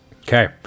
Okay